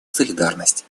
солидарность